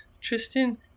Tristan